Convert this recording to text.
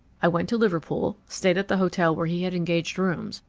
i went to liverpool, stayed at the hotel where he had engaged rooms,